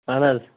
اَدٕ حظ